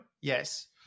yes